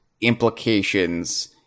implications